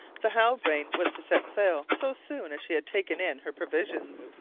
the halbrane was to set sail so soon as she had taken in her provisions.